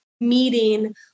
meeting